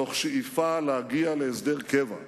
תוך שאיפה להגיע להסדר קבע.